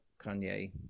Kanye